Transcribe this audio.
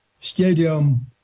Stadium